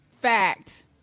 Fact